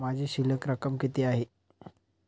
माझी शिल्लक रक्कम किती आहे?